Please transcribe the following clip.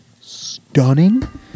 stunning